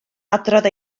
adrodd